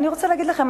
אני רוצה להגיד לכם,